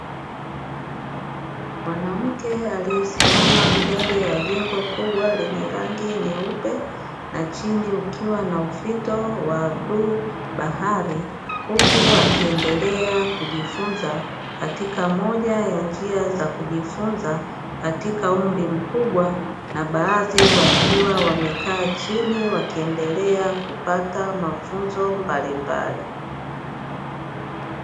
Mwanamke aliyesimama mbele ya jengo kubwa lenye rangi nyeupe na chini ukiwa na ufito wa blue bahari, huku akiendelea kujifunza katika moja ya njia za kujifunza katika umri mkubwa na baadhi wakiwa wamekaa chini wakiendelea kupata mafunzo mbalimbali.